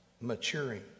maturing